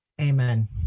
amen